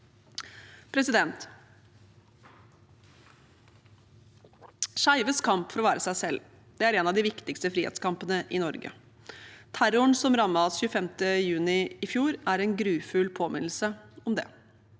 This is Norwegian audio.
TryggEst. Skeives kamp for å være seg selv er en av de viktigste frihetskampene i Norge. Terroren som rammet oss 25. juni i fjor, er en grufull påminnelse om det.